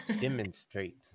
demonstrate